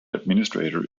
administrator